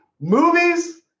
movies